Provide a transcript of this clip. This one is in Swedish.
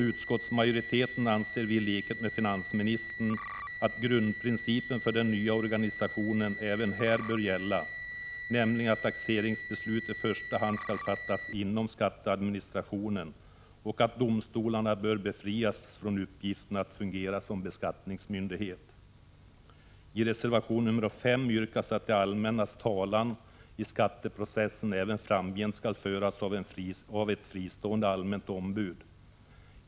Utskottsmajoriteten anser i likhet med finansministern att grundprincipen för den nya organisationen bör gälla även här, nämligen att taxeringsbeslut i första hand skall fattas inom skatteadministrationen och att domstolarna bör befrias från uppgiften att fungera som beskattningsmyndighet. I reservation nr 5 yrkas att det allmännas talan i skatteprocesser även framgent skall föras av ett fristående allmänt ombud.